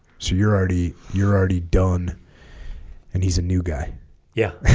so you're already you're already done and he's a new guy yeah